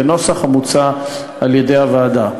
בנוסח המוצע על-ידי הוועדה.